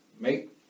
Make